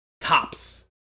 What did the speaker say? tops